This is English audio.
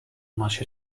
much